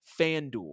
FanDuel